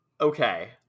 Okay